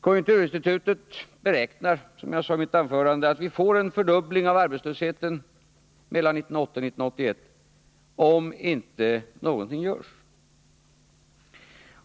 Konjunkturinstitutet beräknar, som jag sade i mitt anförande, att vi får en fördubbling av arbetslösheten mellan 1980 och 1981 om inte någonting görs.